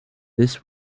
this